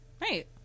Right